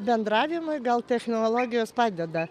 bendravimui gal technologijos padeda